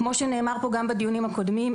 כמו שנאמר כאן גם בדיונים הקודמים,